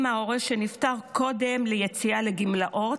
חלה אם ההורה נפטר קודם היציאה לגמלאות,